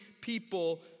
people